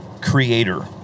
creator